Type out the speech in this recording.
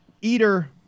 Eater